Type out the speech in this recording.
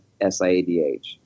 SIADH